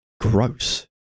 Gross